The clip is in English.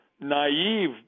naive